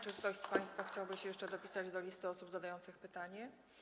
Czy ktoś z państwa chciałby się jeszcze dopisać na liście osób zadających pytania?